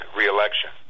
reelection